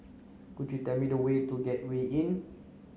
could you tell me the way to Gateway Inn